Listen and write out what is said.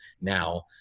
now